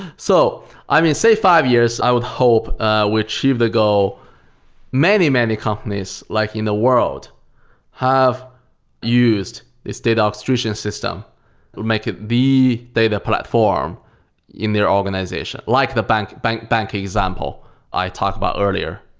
so i mean, say five years, i would hope ah we achieve the goal many, many companies like in the world have used this data orchestration system or make it the data platform in their organization, like the banking banking example i talked about earlier.